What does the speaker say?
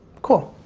cool.